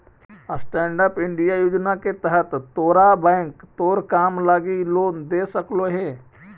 stand up India योजना के तहत तोरा बैंक तोर काम लागी लोन दे सकलो हे